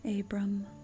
Abram